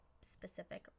specific